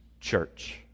church